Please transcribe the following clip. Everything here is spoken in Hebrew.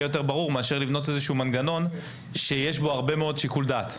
יותר ברור מאשר לבנות איזשהו מנגנון שיש בו הרבה מאוד שיקול דעת.